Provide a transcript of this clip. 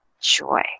joy